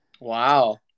Wow